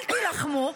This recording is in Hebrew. אל תלחמו.